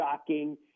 shocking